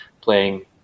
playing